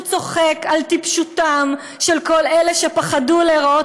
הוא צוחק על טיפשותם של כל אלה שפחדו להיראות